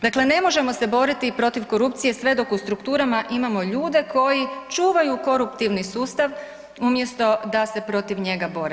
Dakle, ne možemo se boriti protiv korupcije sve dok u strukturama imamo ljude koji čuvaju koruptivni sustav umjesto da se protiv njega bore.